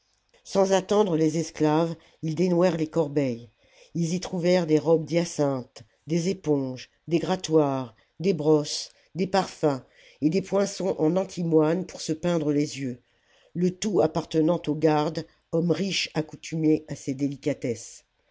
sans attendre les esclaves ils dénouèrent les corbeilles ils j trouvèrent des robes d'hyacinthe des éponges des grattoirs des brosses des parfums et des poinçons en antimoine pour se peindre les yeux le tout appartenant aux gardes hommes riches accoutumés à ces déhcatesses